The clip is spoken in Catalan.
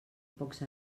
pocs